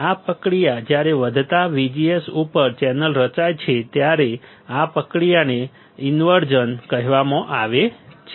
આ પ્રક્રિયા જ્યારે વધતા VGS ઉપર ચેનલ રચાય છે ત્યારે આ પ્રક્રિયાને ઇન્વર્ઝન કહેવામાં આવે છે